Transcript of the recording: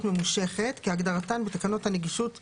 ממושכת" - כהגדרתן בתקנות הנגישות למסגרות.